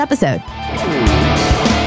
episode